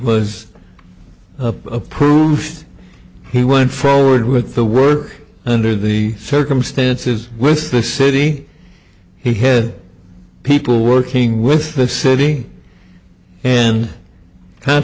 was approved he went forward with the work under the circumstances with the city he hid people working with the sitting and